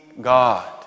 God